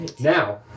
Now